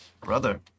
Brother